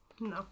No